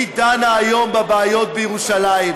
היא דנה היום בבעיות בירושלים,